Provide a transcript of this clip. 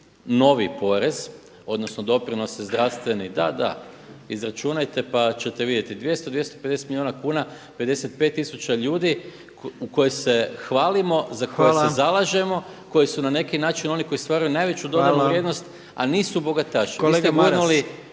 novi porez odnosno doprinos zdravstveni, da, da, izračunajte pa ćete vidjeti, 200, 250 milijuna kuna, 55 tisuća ljudi u koje se hvalimo, za koje se zalažemo, koji su na neki način oni koji stvaraju najveću dodanu vrijednost a nisu bogataši.